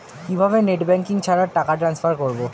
কিভাবে net banking ছাড়া টাকা টান্সফার করব?